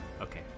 Okay